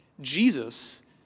Jesus